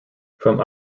from